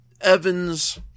Evans